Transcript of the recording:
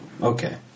Okay